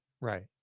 Right